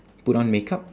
put on makeup